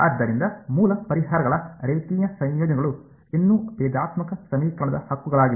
ಆದ್ದರಿಂದ ಮೂಲ ಪರಿಹಾರಗಳ ರೇಖೀಯ ಸಂಯೋಜನೆಗಳು ಇನ್ನೂ ಭೇದಾತ್ಮಕ ಸಮೀಕರಣದ ಹಕ್ಕುಗಳಾಗಿವೆ